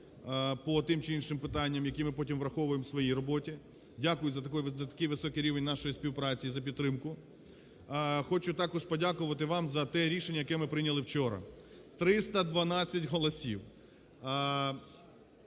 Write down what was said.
по тих чи інших питаннях, які ми потім враховуємо у своїй роботі. Дякую за такий високий рівень нашої співпраці і за підтримку. Хочу також подякувати вам за те рішення, яке ми прийняли вчора, 312 голосів,